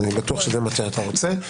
אני בטוח שבזה אתה רוצה.